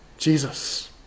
Jesus